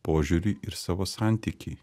požiūrį ir savo santykį